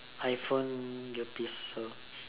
iPhone earpiece so